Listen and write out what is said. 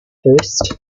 first